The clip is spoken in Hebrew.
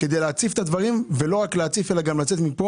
להציף את הדברים ולא רק להציף אותם אלא גם לצאת מכאן